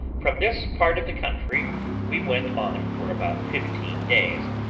from this part of the country we went on for about fifteen days,